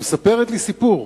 שמספרת לי סיפור: